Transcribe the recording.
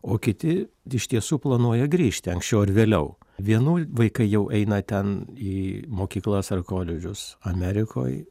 o kiti iš tiesų planuoja grįžti anksčiau ar vėliau vienų vaikai jau eina ten į mokyklas ar koledžus amerikoj